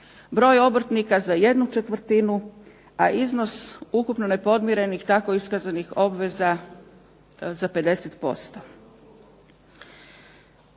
broj obrtnika za ¼ a iznos ukupno nepodmirenih tako iskazanih obveza za 50%.